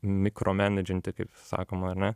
mikromenedženti kaip sakom ar ne